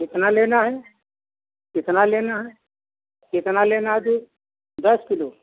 कितना लेना है कितना लेना है कितना लेना है दूध दस किलो